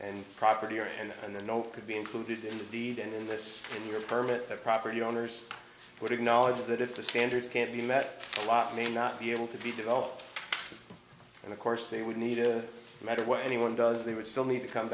and property or and and the no could be included in the deed and in this in your permit the property owners would have knowledge that if the standards can't be met a lot may not be able to be developed and of course they would need to matter what anyone does they would still need to come